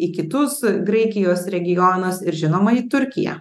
į kitus graikijos regionus ir žinoma į turkiją